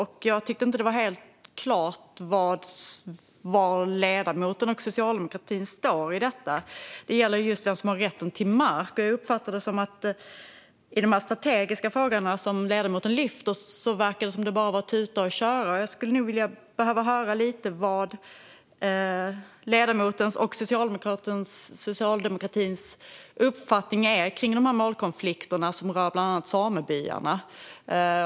Jag tycker inte att det var helt klart var ledamoten och socialdemokratin står i detta. Det gäller just vem som har rätten till mark. Jag uppfattade det som att det i de strategiska frågor som ledamoten lyfter bara är att tuta och köra. Jag skulle behöva höra lite vad ledamotens och socialdemokratins uppfattning är när det gäller dessa målkonflikter, som rör bland annat samebyarna.